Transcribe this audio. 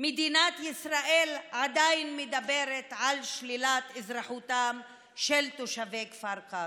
מדינת ישראל עדיין מדברת על שלילת אזרחותם של תושבי כפר קאסם.